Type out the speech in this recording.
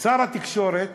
שר התקשורת